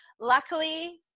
Luckily